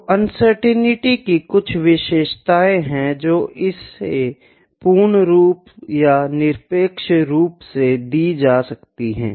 तो अनसर्टेनिटी की कुछ विशेषताएं हैं जो इसे पूर्ण रूप या निरपेक्ष रूप से दी जा सकती हैं